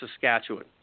Saskatchewan